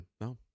no